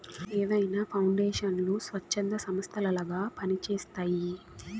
ఏవైనా పౌండేషన్లు స్వచ్ఛంద సంస్థలలాగా పని చేస్తయ్యి